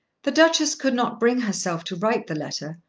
the duchess could not bring herself to write the letter,